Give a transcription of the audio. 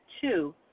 Two